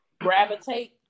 gravitate